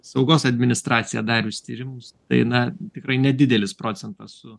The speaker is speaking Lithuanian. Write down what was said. saugos administracija darius tyrimus tai na tikrai nedidelis procentas su